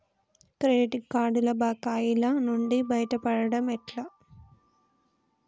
Credit కార్డుల బకాయిల నుండి బయటపడటం ఎట్లా?